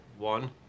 One